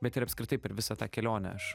bet ir apskritai per visą tą kelionę aš